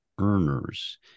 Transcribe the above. Earners